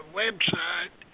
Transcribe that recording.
website